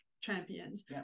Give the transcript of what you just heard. champions